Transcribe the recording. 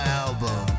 album